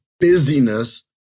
busyness